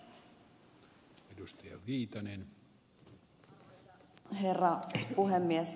arvoisa herra puhemies